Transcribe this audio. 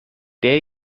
der